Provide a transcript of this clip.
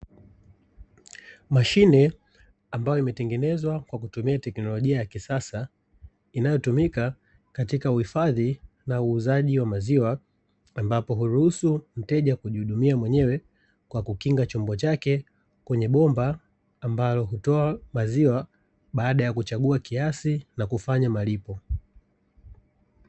Mashine ambayo imetengezwa kwa kutumia teknolojia ya kisasa ambayo inatumika huifadhi na uuzaji wa maziwa, ambayo humuruhusu mteja kujihudumia mwenyewe kwa kukinga chombo chake kwenye bomba ambalo hutoa maziwa baada ya kuchagua kiasi na kufanya malipo.